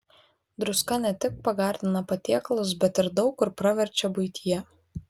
druska ne tik pagardina patiekalus bet ir daug kur praverčia buityje